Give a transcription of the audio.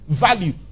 value